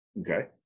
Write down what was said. Okay